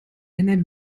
ernährt